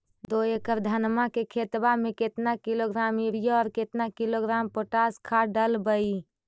दो एकड़ धनमा के खेतबा में केतना किलोग्राम युरिया और केतना किलोग्राम पोटास खाद डलबई?